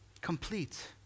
complete